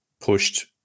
pushed